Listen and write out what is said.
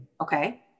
Okay